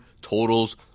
totals